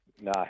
no